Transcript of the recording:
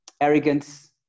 arrogance